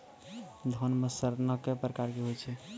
धान म सड़ना कै प्रकार के होय छै?